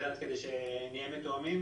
על מנת שנהיה מתואמים.